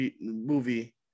movie